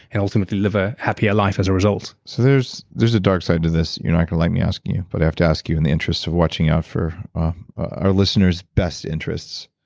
and ultimately live a happier life as a result so there's there's a dark side to this you're not going to like me asking you, but i have to ask you in the interest of watching out for our listeners best interests.